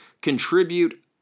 contribute